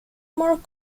more